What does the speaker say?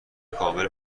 کامل